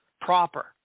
proper